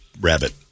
rabbit